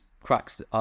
cracks